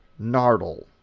Nardle